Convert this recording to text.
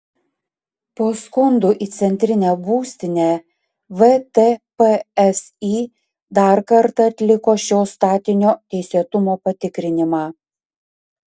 po skundų į centrinę būstinę vtpsi dar kartą atliko šio statinio teisėtumo patikrinimą